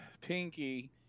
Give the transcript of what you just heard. pinky